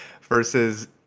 versus